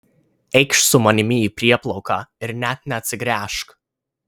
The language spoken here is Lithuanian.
eikš su manimi į prieplauką ir net neatsigręžk